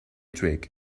twig